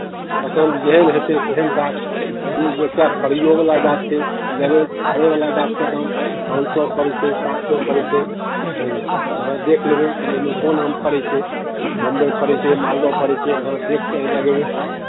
पसन्द जेहन हेतै तेहन गाछ मिल जेतै फड़ैओवला गाछ छै लेबै फड़यवला गाछके दाम पाँच सए पड़ै छै सात सए पड़ै छै बुझलियै अहाँ देखि लेबै ओहिमे कोन आम फड़ै छै बम्बइ फड़ै छै मालदह फड़ै छै अहाँ देखि कऽ लगयबै